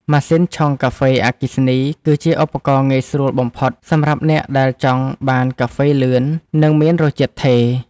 ម៉ាស៊ីនឆុងកាហ្វេអគ្គិសនី គឺជាឧបករណ៍ងាយស្រួលបំផុតសម្រាប់អ្នកដែលចង់បានកាហ្វេលឿន និងមានរសជាតិថេរ។